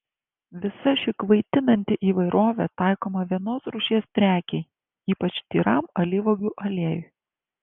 visa ši kvaitinanti įvairovė taikoma vienos rūšies prekei ypač tyram alyvuogių aliejui